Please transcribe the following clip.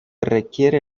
requiere